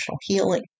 healing